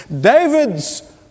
David's